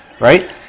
right